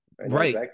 right